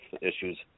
issues